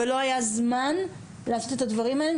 שלא היה זמן לעשות את הדברים האלה.